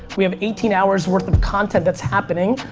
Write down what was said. we have eighteen hours worth of content that's happening.